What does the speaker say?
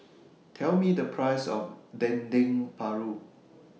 Tell Me The Price of Dendeng Paru